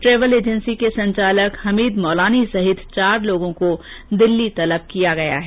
travel agency संचालक हमीद मौलानी सहित चार लोगों को दिल्ली तलब किया गया है